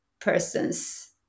person's